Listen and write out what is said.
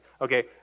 Okay